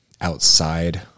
Outside